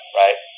right